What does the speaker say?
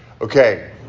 Okay